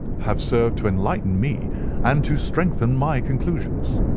have served to enlighten me and to strengthen my conclusions.